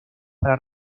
para